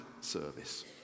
service